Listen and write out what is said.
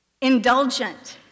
indulgent